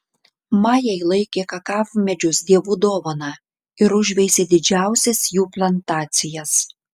majai laikė kakavmedžius dievų dovana ir užveisė didžiausias jų plantacijas